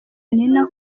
nina